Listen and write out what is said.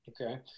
okay